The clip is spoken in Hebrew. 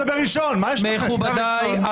מכובדיי,